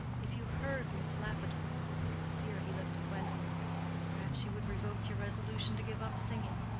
if you heard miss lapidoth here he looked at gwendolen perhaps you would revoke your resolution to give up singing.